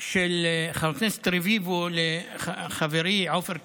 של חבר הכנסת רביבו לחברי עופר כסיף,